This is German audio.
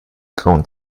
grauen